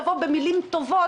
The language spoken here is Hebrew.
תבוא במלים טובות,